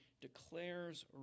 declares